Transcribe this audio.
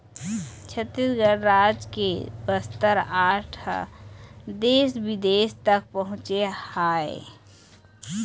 छत्तीसगढ़ राज के बस्तर आर्ट ह देश बिदेश तक पहुँचे हवय